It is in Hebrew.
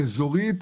אזורית,